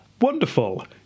Wonderful